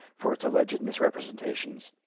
for its alleged misrepresentations.